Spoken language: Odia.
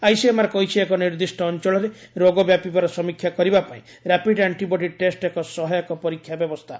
ଆଇସିଏମ୍ଆର୍ କହିଛି ଏକ ନିର୍ଦ୍ଧିଷ୍ଟ ଅଞ୍ଚଳରେ ରୋଗ ବ୍ୟାପିବାର ସମୀକ୍ଷା କରିବା ପାଇଁ ର୍ୟାପିଡ ଆର୍ଷ୍ଟିବଡି ଟେଷ୍ଟ ଏକ ସହାୟକ ପରୀକ୍ଷା ବ୍ୟବସ୍ଥା